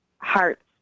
hearts